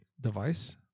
device